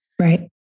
Right